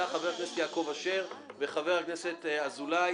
חבר הכנסת יעקב אשר וחבר הכנסת אזולאי.